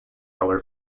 our